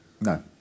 No